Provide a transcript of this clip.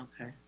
okay